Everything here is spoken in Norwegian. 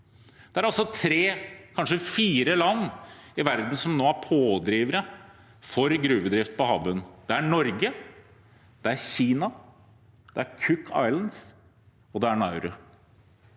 Det er tre, kanskje fire, land i verden som nå er pådrivere for gruvedrift på havbunnen. Det er Norge, det er Kina, det er Cookøyene, og det er Nauru.